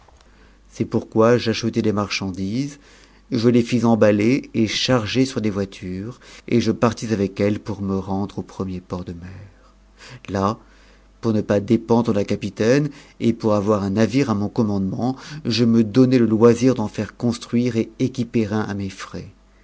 c'est pourquoi j'achetai des g chandises je les fis embaher et charger sur des voitures et je partis tyec elles pour me rendre au premier port de mer là pour ne pas dépendre d'un capitaine et pour avoir un navire à mon commandement je me donnai le loisir d'en faire construire et équiper un à mes frais